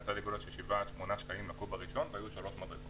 7 8 שקלים לקו"ב הראשון והיו שלוש מדרגות.